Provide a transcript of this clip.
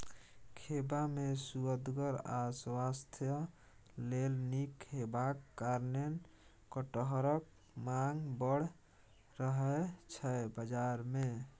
खेबा मे सुअदगर आ स्वास्थ्य लेल नीक हेबाक कारणेँ कटहरक माँग बड़ रहय छै बजार मे